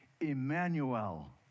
Emmanuel